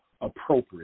appropriate